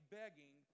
begging